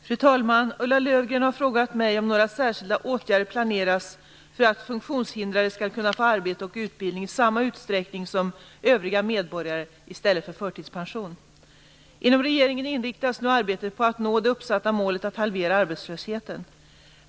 Fru talman! Ulla Löfgren har frågat mig om några särskilda åtgärder planeras för att funktionshindrade skall kunna få arbete och utbildning i samma utsträckning som övriga medborgare i stället för förtidspension. Inom regeringen inriktas nu arbetet på att nå det uppsatta målet att halvera arbetslösheten.